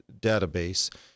database